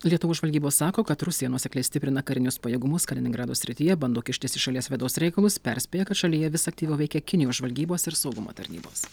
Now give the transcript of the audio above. lietuvos žvalgybos sako kad rusija nuosekliai stiprina karinius pajėgumus kaliningrado srityje bando kištis į šalies vidaus reikalus perspėja kad šalyje vis aktyviau veikia kinijos žvalgybos ir saugumo tarnybos